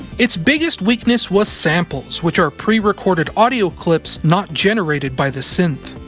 its biggest weakness was samples, which are pre-recorded audio clips not generated by the synth.